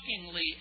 shockingly